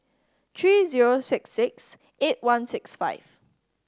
three zero six six eight one six five